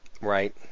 Right